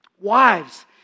Wives